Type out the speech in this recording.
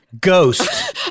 Ghost